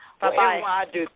Bye-bye